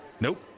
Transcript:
Nope